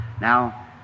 Now